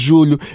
Julho